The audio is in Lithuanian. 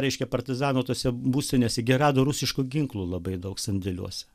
reiškia partizanų tose būstinėse gi rado rusiškų ginklų labai daug sandėliuose